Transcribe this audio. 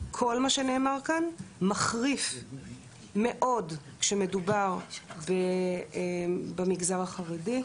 - כל מה שנאמר כאן מחריף מאוד כשמדובר במגזר החרדי,